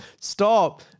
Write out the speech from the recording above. Stop